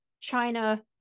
china